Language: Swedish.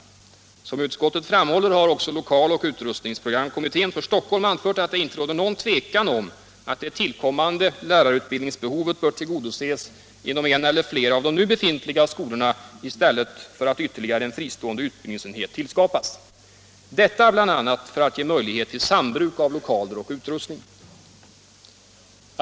Som utskottet framhåller har också lokal och utrustningsprogramkommittén för Stockholm anfört att det inte råder något tvivel om att det tillkommande lärarutbildningsbehovet bör tillgodoses inom en eller flera av de nu befintliga skolorna i stället för att ytterligare en fristående utbildningsenhet tillskapas — detta bl.a. för att ge möjlighet till sambruk av lokaler och utrustning.